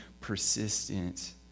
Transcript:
persistent